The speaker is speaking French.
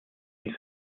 une